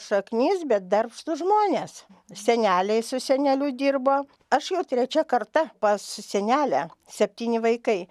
šaknis bet darbštūs žmonės seneliai su seneliu dirbo aš jau trečia karta pas senelę septyni vaikai